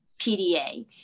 PDA